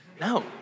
No